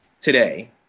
today –